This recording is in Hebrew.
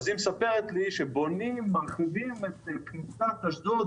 היא מספרת לי שמרחיבים את כביש 41 בכניסת אשדוד